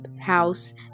house